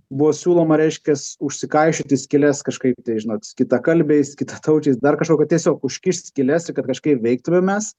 buvo siūloma reiškias užsikaišioti skyles kažkaip tai žinot kitakalbiais kitataučiais dar kažkokio tiesiog užkišt skyles ir kad kažkaip veiktumėm mes